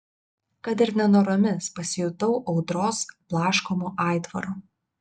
kad ir nenoromis pasijutau audros blaškomu aitvaru